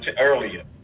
earlier